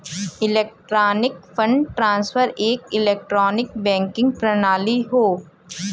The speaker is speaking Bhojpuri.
इलेक्ट्रॉनिक फण्ड ट्रांसफर एक इलेक्ट्रॉनिक बैंकिंग प्रणाली हौ